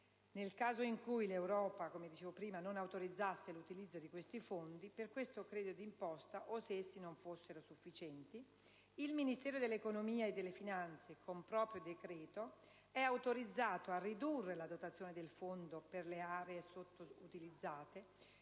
Nel caso in cui l'Europa - come dicevo prima - non autorizzasse l'utilizzo di questi fondi per questo credito d'imposta o se essi non fossero sufficienti, il Ministero dell'economia e delle finanze, con proprio decreto, è autorizzato a ridurre la dotazione del fondo per le aree sottoutilizzate,